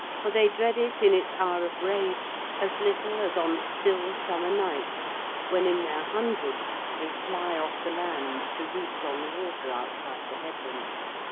for they dread it in its hour of rage as little as on still summer nights when, in their hundreds, they fly off the land to roost on the water outside the headlands.